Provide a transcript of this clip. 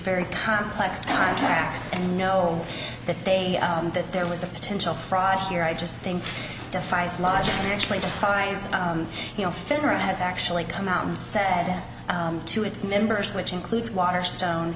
very complex contacts and know that they that there was a potential fraud here i just think defies logic actually defies you know finra has actually come out and said to its members which includes water stone